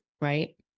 right